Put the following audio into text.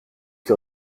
que